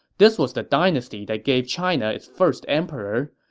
this was the dynasty that gave china its first emperor.